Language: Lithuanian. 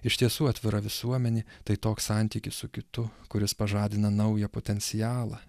iš tiesų atvira visuomenė tai toks santykis su kitu kuris pažadina naują potencialą